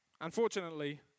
Unfortunately